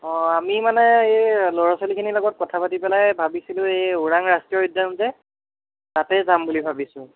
অঁ আমি মানে এই ল'ৰা ছোৱালীখিনিৰ লগত কথা পাতি পেলাই ভাবিছিলোঁ এই ওৰাং ৰাষ্ট্ৰীয় উদ্যান যে তাতেই যাম বুলি ভাবিছোঁ